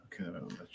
okay